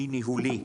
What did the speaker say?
כלי ניהולי.